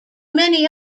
many